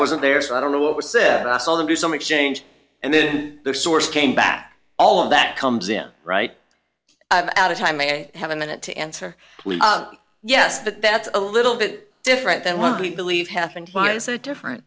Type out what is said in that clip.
wasn't there so i don't know what was said i saw them do some exchange and then the source came back all of that comes in right out of time i have a minute to answer yes but that's a little bit different than what we believe happened why is it different